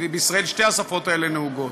בישראל שתי השפות האלה נהוגות.